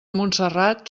montserrat